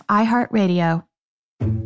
iHeartRadio